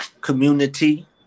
community